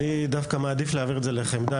אני מבקש להעביר לחמדה,